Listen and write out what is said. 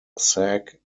sag